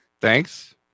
Thanks